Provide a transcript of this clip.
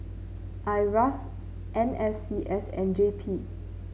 Iras N S C S and J P